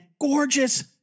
gorgeous